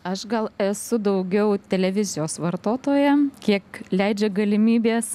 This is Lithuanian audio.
aš gal esu daugiau televizijos vartotoja kiek leidžia galimybės